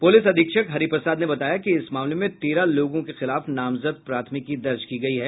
police अधीक्षक हरिप्रसाद ने बताया कि इस मामले में तेरह लोगों के खिलाफ नामजद प्राथमिकी दर्ज की गयी है